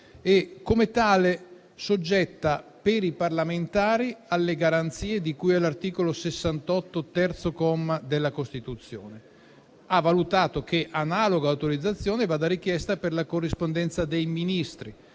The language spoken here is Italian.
e, come tale, soggetta per i parlamentari alle garanzie di cui all'articolo 68, terzo comma, della Costituzione; ha valutato che analoga autorizzazione vada richiesta per la corrispondenza dei Ministri,